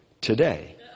today